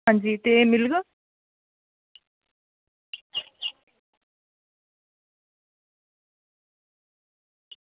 हां जी ते